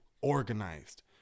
organized